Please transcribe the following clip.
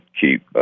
keep